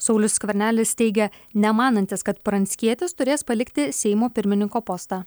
saulius skvernelis teigia nemanantis kad pranckietis turės palikti seimo pirmininko postą